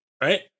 Right